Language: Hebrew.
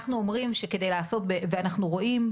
אנחנו רואים,